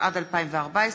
התשע"ד 2014,